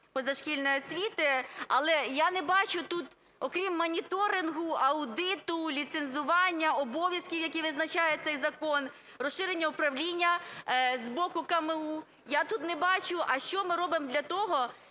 позашкільної освіти, але я не бачу тут окрім моніторингу, аудиту, ліцензування, обов'язків, які визначає цей закон, розширення управління з боку КМУ, я тут не бачу, а що ми робимо для того,